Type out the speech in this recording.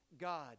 God